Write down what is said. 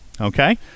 Okay